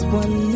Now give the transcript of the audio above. one